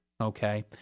Okay